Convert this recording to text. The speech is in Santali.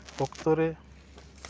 ᱚᱠᱛᱚ ᱨᱮ